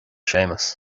séamas